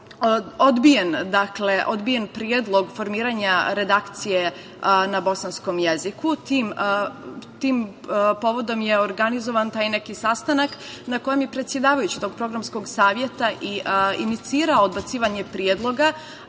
odbijen predlog formiranja redakcije na bosanskom jeziku. Tim povodom je organizovan taj neki sastanak na kojem je predsedavajući tog programskog saveta inicirao odbacivanje predloga,